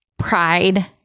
Pride